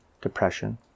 depression